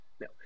No